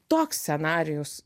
toks scenarijus